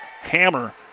hammer